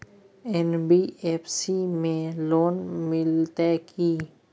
NBFC में loan मिलते की?